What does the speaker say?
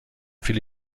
viele